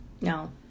No